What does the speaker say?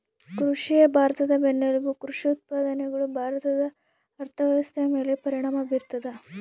ಕೃಷಿಯೇ ಭಾರತದ ಬೆನ್ನೆಲುಬು ಕೃಷಿ ಉತ್ಪಾದನೆಗಳು ಭಾರತದ ಅರ್ಥವ್ಯವಸ್ಥೆಯ ಮೇಲೆ ಪರಿಣಾಮ ಬೀರ್ತದ